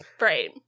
right